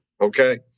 Okay